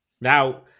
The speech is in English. Now